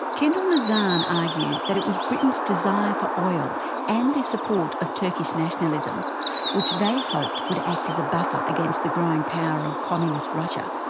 kendal nazan argues that it was britain's desire for oil and their support of turkish nationalism which they hoped would act as a buffer against the growing power of communist russia,